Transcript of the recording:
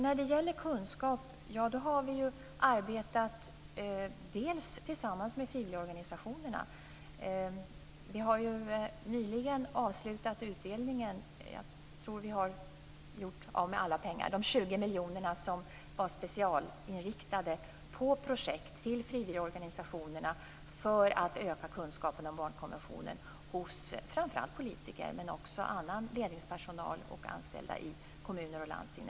När det gäller kunskap har vi bl.a. arbetat tillsammans med frivilligorganisationerna. Vi har ju nyligen avslutat utdelningen av de 20 miljoner - jag tror att vi har gjort av med alla pengar - som var specialriktade till frivilligorganisationerna för projekt för att öka kunskapen om barnkonventionen hos framför allt politiker men också hos annan ledningspersonal samt anställda i kommuner och landsting.